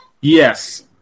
Yes